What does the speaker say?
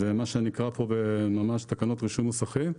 זה מה שנקרא כאן תקנות רישוי מוסכים.